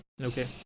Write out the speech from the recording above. okay